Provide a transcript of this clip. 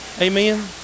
Amen